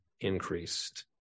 increased